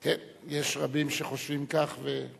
יש רבים שחושבים כך.